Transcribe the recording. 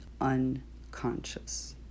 unconscious